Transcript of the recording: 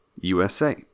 USA